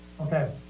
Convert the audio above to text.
Okay